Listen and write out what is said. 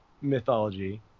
mythology